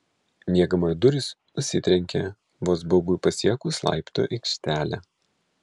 miegamojo durys užsitrenkė vos baubui pasiekus laiptų aikštelę